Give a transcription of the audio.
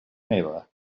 neva